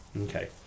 Okay